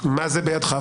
מה זה בידך?